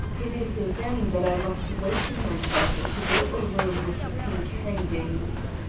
it is then that i must waken myself into the little room with the pink hangings.